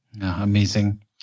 Amazing